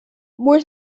more